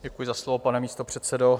Děkuji za slovo, pane místopředsedo.